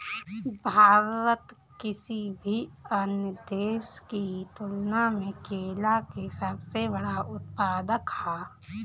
भारत किसी भी अन्य देश की तुलना में केला के सबसे बड़ा उत्पादक ह